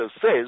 says